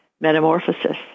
metamorphosis